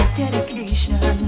dedication